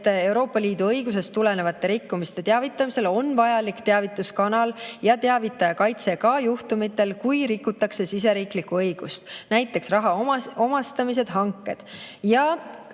et Euroopa Liidu õigusest tulenevatest rikkumistest teavitamisel on vajalik teavituskanal ja teavitaja kaitse ka juhtudel, kui rikutakse siseriiklikku õigust. Näiteks raha omastamine, hanked.